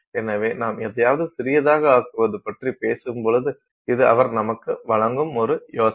எனவே நாம் எதையாவது சிறியதாக ஆக்குவது பற்றிப் பேசும் பொழுது இது அவர் நமக்கு வழங்கும் ஒரு யோசனை